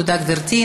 תודה, גברתי.